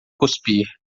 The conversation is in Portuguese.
cuspir